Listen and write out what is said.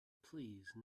please